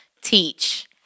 teach